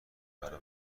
برا